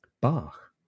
Bach